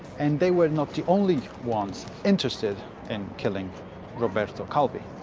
and they were not the only ones interested in killing roberto calvi.